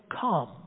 come